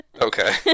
Okay